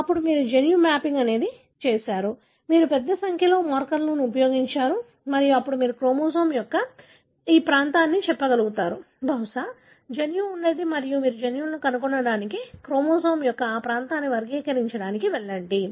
అప్పుడు మీరు జన్యు మ్యాపింగ్ చేసారు మీరు పెద్ద సంఖ్యలో మార్కర్లను ఉపయోగించారు మరియు అప్పుడు మీరు క్రోమోజోమ్ యొక్క ఈ ప్రాంతాన్ని చెప్పగలుగుతారు బహుశా జన్యువు ఉన్నది మరియు మీరు జన్యువులను కనుగొనడానికి క్రోమోజోమ్ యొక్క ఆ ప్రాంతాన్ని వర్గీకరించడానికి వెళ్లండి